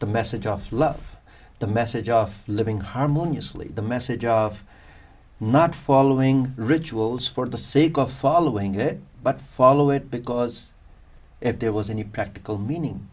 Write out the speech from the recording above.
the message of love the message of living harmoniously the message of not following rituals for the sake of following it but follow it because if there was any practical meaning